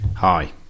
Hi